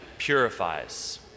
purifies